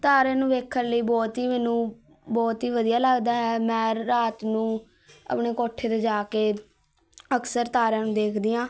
ਤਾਰੇ ਨੂੰ ਵੇਖਣ ਲਈ ਬਹੁਤ ਹੀ ਮੈਨੂੰ ਬਹੁਤ ਹੀ ਵਧੀਆ ਲੱਗਦਾ ਹੈ ਮੈਂ ਰਾਤ ਨੂੰ ਆਪਣੇ ਕੋਠੇ 'ਤੇ ਜਾ ਕੇ ਅਕਸਰ ਤਾਰਿਆਂ ਨੂੰ ਦੇਖਦੀ ਹਾਂ